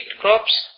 crops